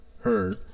heard